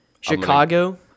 Chicago